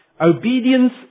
Obedience